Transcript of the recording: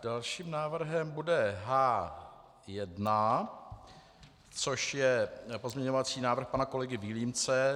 Dalším návrhem bude H1, což je pozměňovací návrh pana kolegy Vilímce.